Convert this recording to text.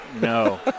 no